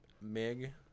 MIG